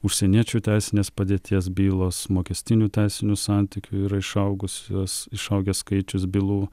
užsieniečių teisinės padėties bylos mokestinių teisinių santykių ir išaugusios išaugęs skaičius bylų